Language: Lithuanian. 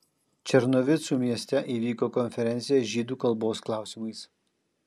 černovicų mieste įvyko konferencija žydų kalbos klausimais